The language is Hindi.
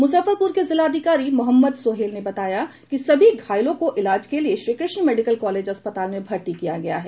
मुजफ्फरपुर के जिलाधिकारी मोहम्मद सोहैल ने बताया कि सभी घायलों को इलाज के लिए श्री कृष्ण मेडिकल कालेज अस्पताल मुजफ्फरपुर में भर्ती किया गया है